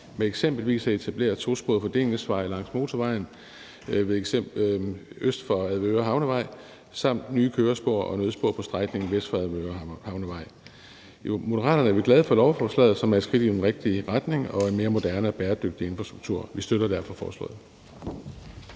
med eksempelvis at etablere en tosporet fordelingsvej langs motorvejen øst for Avedøre Havnevej samt nye kørespor og nødspor på strækningen vist for Avedøre Havnevej. I Moderaterne er vi glade for lovforslaget, som er et skridt i den rigtige retning mod en mere moderne og bæredygtig infrastruktur. Vi støtter derfor forslaget.